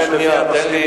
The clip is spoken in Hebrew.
תן לי